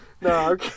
No